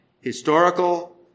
historical